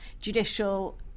judicial